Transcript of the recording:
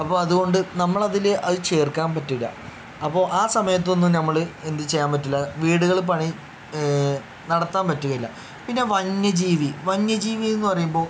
അപ്പം അതുകൊണ്ട് നമ്മൾ അതിൽ അത് ചേർക്കാൻ പറ്റുകയില്ല അപ്പോൾ ആ സമയത്തൊന്നും നമ്മൾ എന്ത് ചെയ്യാൻ പറ്റില്ല വീടുകൾ പണി നടത്താൻ പറ്റുകില്ല പിന്നെ വന്യജീവി വന്യജീവി എന്ന് പറയുമ്പോൾ